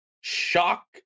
shock